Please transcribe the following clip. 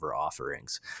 offerings